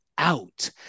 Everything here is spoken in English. Out